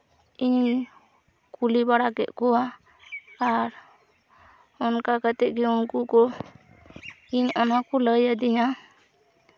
ᱤᱧ ᱠᱩᱞᱤ ᱵᱟᱲᱟ ᱠᱮᱫ ᱠᱚᱣᱟ ᱟᱨ ᱚᱱᱠᱟ ᱠᱟᱛᱮᱫ ᱜᱮ ᱩᱱᱠᱩ ᱠᱚ ᱤᱧ ᱚᱱᱟ ᱠᱚ ᱞᱟᱹᱭ ᱟᱹᱫᱤᱧᱟ